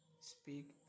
speak